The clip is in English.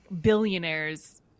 billionaires